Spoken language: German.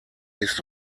ist